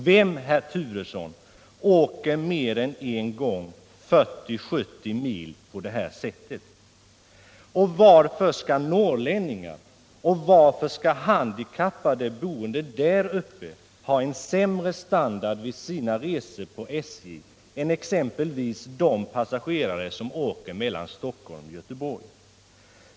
Vem, herr Turesson, åker mer än en gång 40 å 70 mil på det här sättet? Varför skall norrlänningar och varför skall handikappade boende uppe i Norrland ha en sämre standard vid sina resor på SJ än exempelvis de passagerare som åker mellan Stockholm och Göteborg?